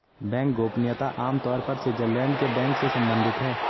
bank गोपनीयता आम तौर पर स्विटज़रलैंड के बैंक से सम्बंधित है